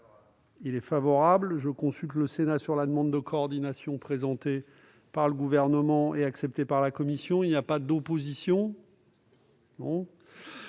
? Favorable. Je consulte le Sénat sur la demande de coordination, présentée par le Gouvernement et acceptée par la commission. Il n'y a pas d'opposition ?